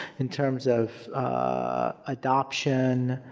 in terms of adoption,